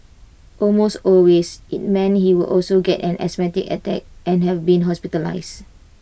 almost always IT meant he would also get an asthmatic attack and have been hospitalised